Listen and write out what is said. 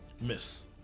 Miss